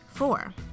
Four